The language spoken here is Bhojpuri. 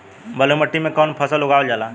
बलुई मिट्टी में कवन फसल उगावल जाला?